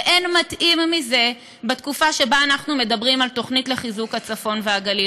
ואין מתאים מזה בתקופה שבה אנחנו מדברים על תוכנית לחיזוק הצפון והגליל.